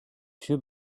too